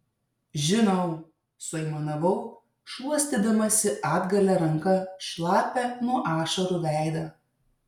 žinau suaimanavau šluostydamasi atgalia ranka šlapią nuo ašarų veidą